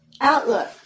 outlook